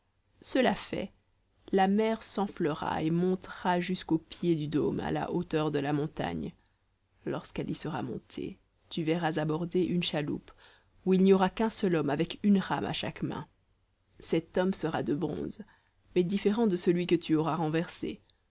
cela fait la mer s'enflera et montera jusqu'au pied du dôme à la hauteur de la montagne lorsqu'elle y sera montée tu verras aborder une chaloupe où il n'y aura qu'un seul homme avec une rame à chaque main cet homme sera de bronze mais différent de celui que tu auras renversé